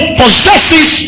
possesses